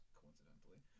coincidentally